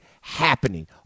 happening